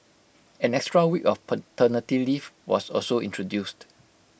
an extra week of paternity leave was also introduced